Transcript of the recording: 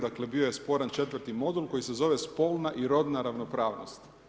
Dakle, bio je sporan četvrti modul koji se zove Spolna i rodna ravnopravnost.